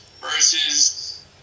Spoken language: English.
versus